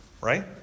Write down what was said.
right